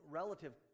relative